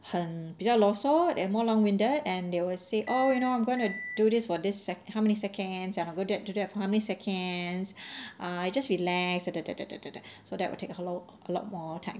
很比较 loh soh and more long winded and they will say oh you know I'm going to do this for this how many seconds and then I'm going to do that for how many seconds ah just relax so that will take a whole lot a lot more time